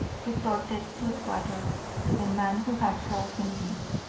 retorted sweetwater to the man who had told him this.